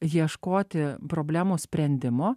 ieškoti problemų sprendimo